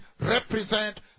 represent